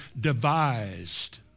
devised